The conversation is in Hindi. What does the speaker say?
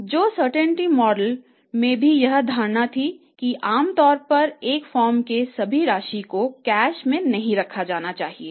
तो सर्टेंटी मॉडल में भी यही धारणा थी कि आम तौर पर एक फर्म के सभी राशि को कैश में नहीं रखनी चाहिए